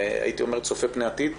הייתי אומר שזה גם צופה פני עתיד,